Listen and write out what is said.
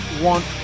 want